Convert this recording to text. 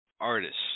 artists